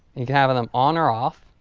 you can have them on or off.